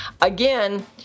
again